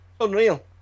Unreal